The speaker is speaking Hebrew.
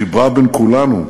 שחיברה בין כולנו,